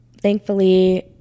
thankfully